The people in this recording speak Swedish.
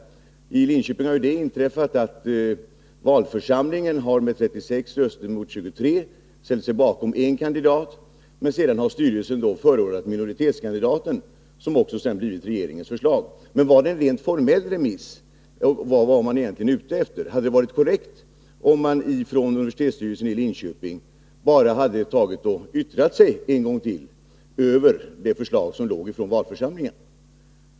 I Linköping har det inträffat att valförsamlingen med 36 röster mot 23 ställt sig bakom en kandidat. Men sedan har styrelsen förordat minoritetskandidaten, som därefter blivit regeringens förslag. Var det en rent formell remiss eller vad var man egentligen ute efter? Hade det varit korrekt om universitetsstyrelsen i Linköping bara hade yttrat sig en gång till över det förslag som förelåg från valförsamlingen?